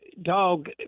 dog